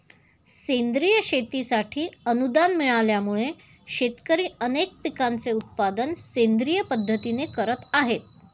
सेंद्रिय शेतीसाठी अनुदान मिळाल्यामुळे, शेतकरी अनेक पिकांचे उत्पादन सेंद्रिय पद्धतीने करत आहेत